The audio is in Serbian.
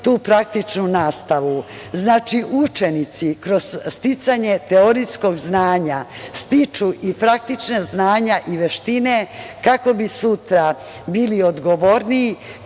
tu praktičnu nastavu. Znači, učenici kroz sticanje teorijskog znanja stiču i praktična znanja i veštine kako bi sutra bili odgovorniji,